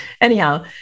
anyhow